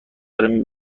دارم